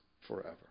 forever